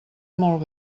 molt